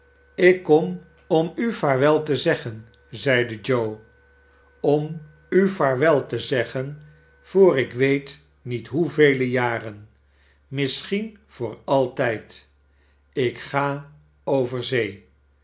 ik kom om u vaarwel te zeggen zeide joe om u vaarwel te zeggen voor ik weet niet hoevele jaren misschien voor altijd ik ga over zee